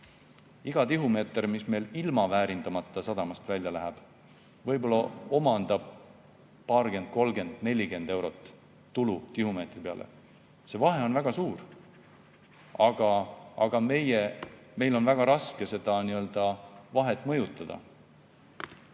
Iga tihumeeter, mis ilma väärindamata sadamast välja läheb, võib tuua 20, 30, 40 eurot tulu. See vahe on väga suur, aga meil on väga raske seda vahet mõjutada.